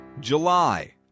July